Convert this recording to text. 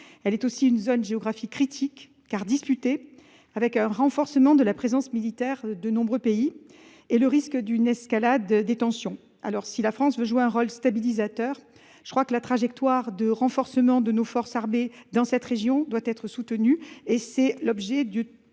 elle est également une zone géographique critique, car disputée, avec un renforcement de la présence militaire de nombreux pays et le risque d'une escalade des tensions. Je crois que, si la France veut jouer un rôle stabilisateur, la trajectoire de renforcement de nos forces armées dans cette région doit être soutenue. C'est l'objet du